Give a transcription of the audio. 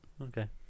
okay